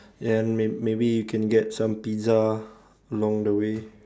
then may maybe you can get some pizza along the way